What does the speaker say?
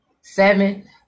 Seven